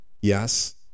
Yes